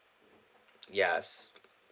yes